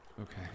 Okay